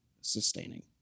sustaining